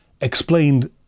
explained